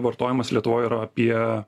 vartojimas lietuvoj yra apie